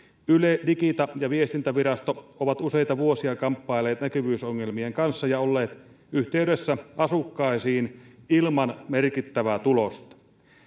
yle digita ja viestintävirasto ovat useita vuosia kamppailleet näkyvyysongelmien kanssa ja olleet yhteydessä asukkaisiin ilman merkittävää tulosta